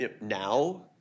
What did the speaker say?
now